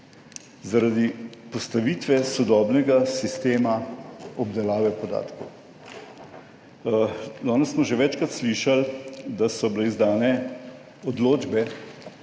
Zaradi postavitve sodobnega sistema obdelave podatkov. Danes smo že večkrat slišali, da so bile izdane odločbe,